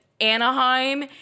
Anaheim